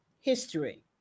history